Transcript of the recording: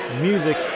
Music